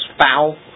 foul